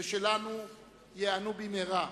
ושלנו ייענו במהרה.